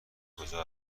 کجا